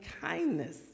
kindness